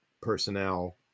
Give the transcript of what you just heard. personnel